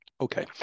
Okay